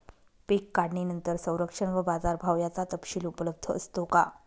पीक काढणीनंतर संरक्षण व बाजारभाव याचा तपशील उपलब्ध असतो का?